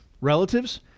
relatives